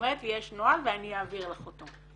ואומרת יש נוהל ואני אעביר לך אותו.